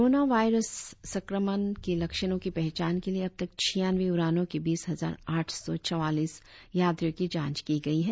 corona virus समक्रमण के लक्षणों की पहचान के लिए अब तक छियानवें उड़ानों के बीस हजार आठ सौ चवालीस यात्रियों की जांच की गई है